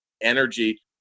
energy